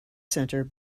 center